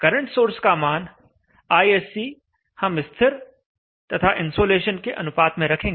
current source का मान ISC हम स्थिर तथा इन्सोलेशन के अनुपात में रखेंगे